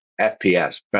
FPS